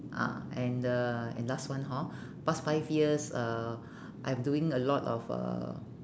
ah and uh and last one hor past five years uh I'm doing a lot of uh